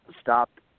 stop